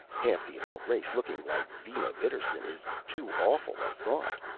half the adult race looking like vina vidarsson is too awful a thought.